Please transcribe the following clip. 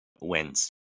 wins